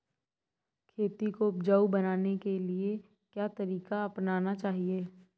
खेती को उपजाऊ बनाने के लिए क्या तरीका अपनाना चाहिए?